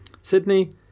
Sydney